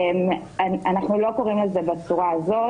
אנחנו לא קוראים לזה בצורה הזאת.